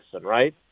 right